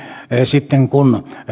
sitten kun